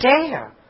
dare